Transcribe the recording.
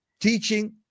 teaching